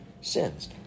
sins